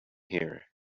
here